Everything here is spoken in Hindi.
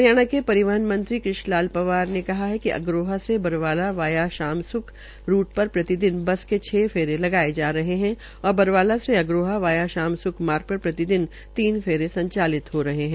हरियाणा के परिहन मंत्री कृष्ण लाल पंवार ने कहा है कि अग्रोहा से बरवाला वाया शाम सुख रूट पर प्रतिदिन बस के फेरे लगाये जा रहे है और बरवाला से अग्रोहा वाया शामसुख मार्ग पर प्रतिदिन तीन फेरे संचालित हो रहे है